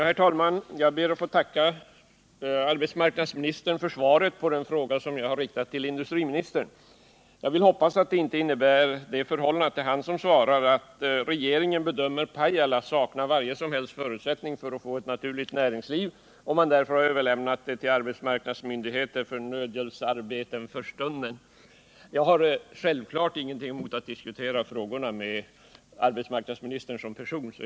Herr talman! Jag ber att få tacka arbetsmarknadsministern för svaret på den fråga jag riktat till industriministern. Jag vill hoppas att det förhållandet att det är arbetsmarknadsministern som svarar inte innebär att regeringen bedömer Pajala sakna varje som helst förutsättning att få ett naturligt näringsliv och därför har överlämnat det till arbetsmarknadsmyndigheter för nödhjälpsarbeten för stunden. — Jag har självfallet ingenting emot att diskutera frågorna med arbetsmarknadsministern som person!